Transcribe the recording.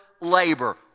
labor